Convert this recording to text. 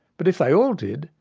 but if they all did,